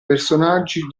personaggi